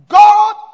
god